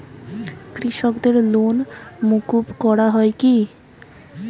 কৃষকদের লোন মুকুব করা হয় কি?